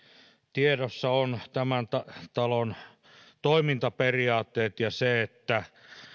tiedossa on tämän talon toimintaperiaatteet ja se että